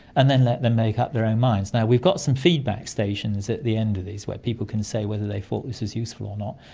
and then let them make up their own minds. we've got some feedback stations at the end these where people can say whether they thought this was useful or not.